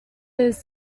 his